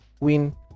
win